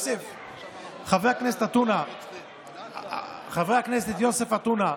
חבר הכנסת יוסף עטונה.